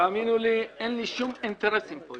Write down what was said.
תאמינו לי, אין שום אינטרסים פה.